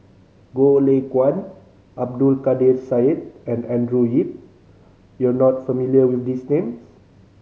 Goh Lay Kuan Abdul Kadir Syed and Andrew Yip you are not familiar with these names